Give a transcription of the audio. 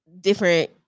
different